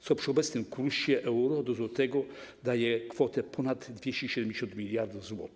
co przy obecnym kursie euro do złotego daje kwotę ponad 270 mld zł.